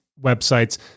websites